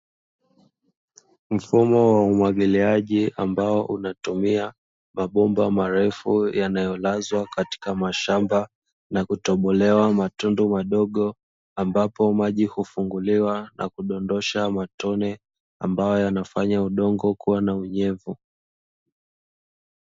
Mfumo wa umwagiliaji ambao unatumia mabomba marefu yanayolazwa katika mashamba na kutobolewa matundu madogo, ambapo maji hufunguliwa na kudondosha matone, ambayo yanafanya udongo kuwa na unyevu.